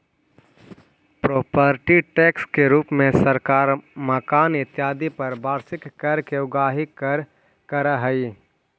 property tax के रूप में सरकार मकान इत्यादि पर वार्षिक कर के उगाही करऽ हई